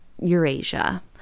Eurasia